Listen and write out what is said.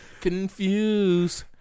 Confused